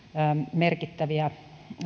merkittäviä